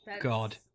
God